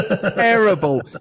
Terrible